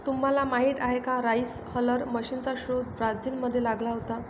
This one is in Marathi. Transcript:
तुम्हाला माहीत आहे का राइस हलर मशीनचा शोध ब्राझील मध्ये लागला होता